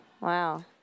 Wow